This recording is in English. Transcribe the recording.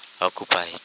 occupied